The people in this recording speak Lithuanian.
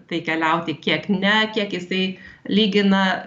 tai keliauti kiek ne kiek jisai lygina